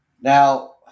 Now